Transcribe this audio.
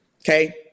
okay